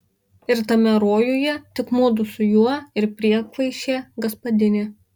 ir tame rojuje tik mudu su juo ir priekvaišė gaspadinė